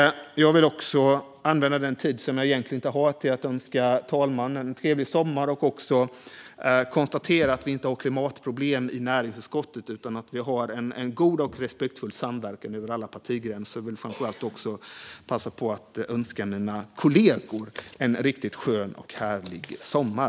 Jag vill använda den tid som jag egentligen inte har till att önska talmannen en trevlig sommar. Jag vill också konstatera att vi inte har klimatproblem i näringsutskottet. Vi har en god och respektfull samverkan över alla partigränser. Jag vill framför allt passa på att önska mina kollegor en riktigt skön och härlig sommar.